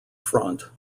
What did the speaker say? front